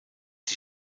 die